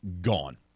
gone